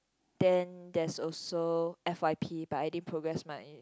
then there's also F_Y_P but I didn't progress my uh